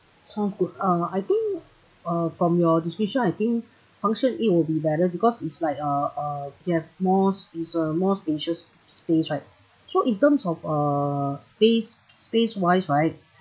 sounds good uh I think uh from your description I think function A will be better because it's like uh uh you have more uh it's a more spacious space right so in terms of uh space space wise right